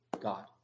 God